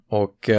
och